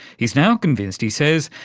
he's now convinced he says,